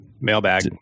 Mailbag